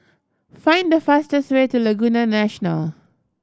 find the fastest way to Laguna National